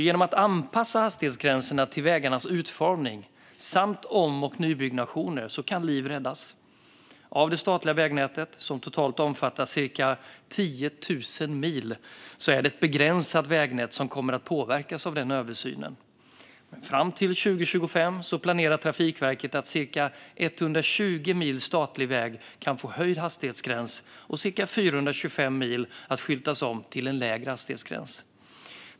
Genom att anpassa hastighetsgränserna till vägarnas utformning samt om och nybyggnationer kan liv räddas. Av det statliga vägnätet, som totalt omfattar cirka 10 000 mil, är det ett begränsat vägnät som kommer att påverkas av översynen. Fram till 2025 planerar Trafikverket att cirka 120 mil statlig väg ska få höjd hastighetsgräns och att cirka 425 mil ska skyltas om till lägre hastighetsgräns.